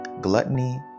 gluttony